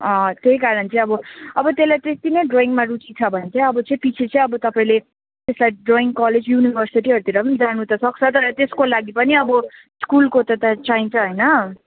त्यही कारण चाहिँ अब अब त्यसलाई त्यति नै ड्रोइङमा रुचि छ भने चाहिँ अब पछि चाहिँ अब तपाईँले त्यसलाई ड्रोइङ कलेज युनिभर्सिटीहरूतिर पनि जानु त सक्छ तर त्यसको लागि पनि अब स्कुलको त चाहिन्छ होइन